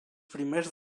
primers